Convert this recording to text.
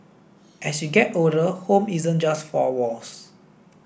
as you get older home isn't just four walls